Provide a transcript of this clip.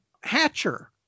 Hatcher